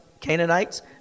Canaanites